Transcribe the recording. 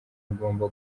agomba